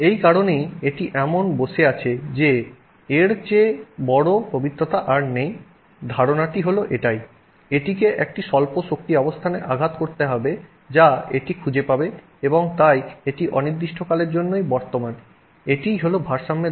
এই কারণেই এটি এমন বসে আছে যে এর চেয়ে বড় পবিত্রতা আর নেই ধারণাটি হল এটাই এটিকে একটি স্বল্প শক্তি অবস্থানে আঘাত করতে হবে যা এটি খুঁজে পাবে এবং তাই এটি অনির্দিষ্টকালের জন্যই বর্তমান এটিই হল ভারসাম্যের ধারণা